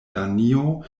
danio